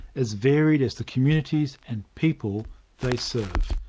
as varied as the communities and people they serve.